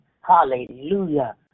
Hallelujah